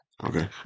Okay